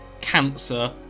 Cancer